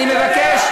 אני מבקש,